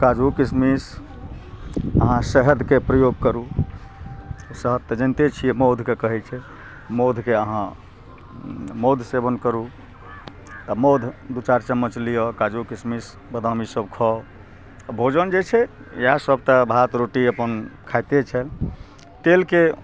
काजू किशमिश अहाँ शहदके प्रयोग करू शहद तऽ जानिते छियै मधके कहय छै मधके अहाँ मध सेबन करू आ मध दू चार चम्मच लिअ काजू किशमिश बदाम ईसब खाउ आ भोजन जे छै इएह सब भात रोटी अपन खाइते छै तेलके